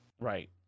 Right